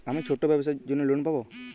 আমি ছোট ব্যবসার জন্য লোন পাব?